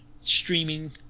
streaming